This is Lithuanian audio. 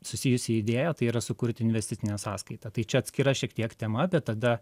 susijusi idėja tai yra sukurti investicinę sąskaitą tai čia atskira šiek tiek tema bet tada